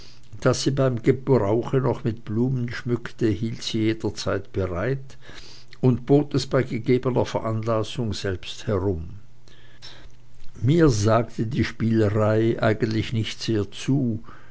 das sie beim gebrauche noch mit blumen schmückte hielt sie jederzeit bereit und bot es bei gegebener veranlassung selbst herum mir sagte die spielerei eigentlich nicht sehr zu